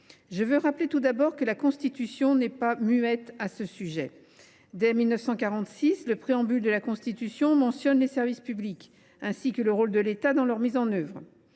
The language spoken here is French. je rappelle que la norme constitutionnelle n’est pas muette à ce sujet. Dès 1946, le préambule de la Constitution a mentionné les services publics, ainsi que le rôle de l’État dans leur mise en œuvre.